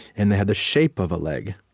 and they have the shape of a leg.